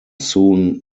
soon